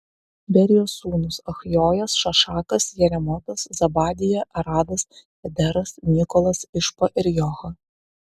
berijos sūnūs achjojas šašakas jeremotas zebadija aradas ederas mykolas išpa ir joha